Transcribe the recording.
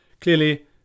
Clearly